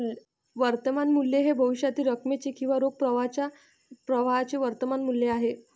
वर्तमान मूल्य हे भविष्यातील रकमेचे किंवा रोख प्रवाहाच्या प्रवाहाचे वर्तमान मूल्य आहे